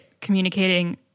communicating